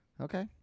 Okay